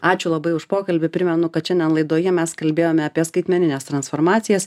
ačiū labai už pokalbį primenu kad šiandien laidoje mes kalbėjome apie skaitmenines transformacijas